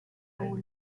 goal